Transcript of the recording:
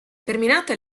terminata